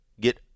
get